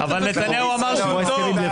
אבל נתניהו אמר שהוא טוב.